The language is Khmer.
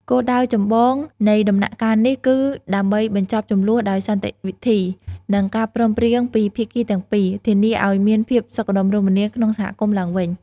គោលដៅចម្បងនៃដំណាក់កាលនេះគឺដើម្បីបញ្ចប់ជម្លោះដោយសន្តិវិធី និងការព្រមព្រៀងពីភាគីទាំងពីរ ធានាឲ្យមានភាពសុខដុមរមនាក្នុងសហគមន៍ឡើងវិញ។